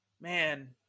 Man